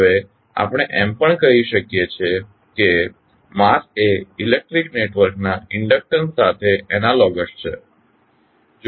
હવે આપણે એમ પણ કહી શકીએ કે માસ એ ઇલેક્ટ્રિક નેટવર્ક ના ઇન્ડક્ટન્સ સાથે એનાલોગસ છે